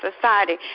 society